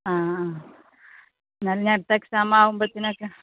ആ ആ എന്നാൽ ഇനി അടുത്ത എക്സാം ആവുമ്പോഴത്തേനൊക്കെ